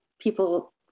people